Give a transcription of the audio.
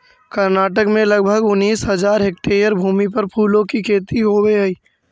कर्नाटक में लगभग उनीस हज़ार हेक्टेयर भूमि पर फूलों की खेती होवे हई